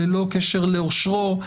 ללא קשר לעושרו,